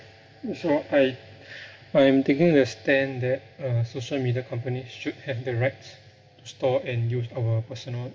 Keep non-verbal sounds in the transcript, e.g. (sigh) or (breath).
also I (breath) I'm taking the stand that uh social media companies should have the rights to store and use our personal